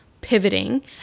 pivoting